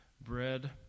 bread